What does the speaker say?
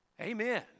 Amen